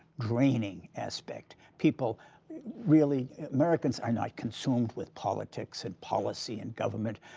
draining aspect. people really americans are not consumed with politics and policy and government.